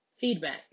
feedback